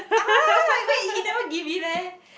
wait he never give in meh